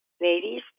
Ladies